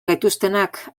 gaituztenak